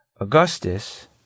augustus